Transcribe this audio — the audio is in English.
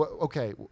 okay